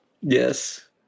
yes